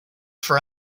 for